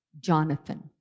Jonathan